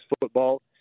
football